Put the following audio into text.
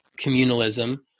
communalism